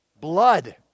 Blood